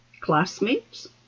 classmates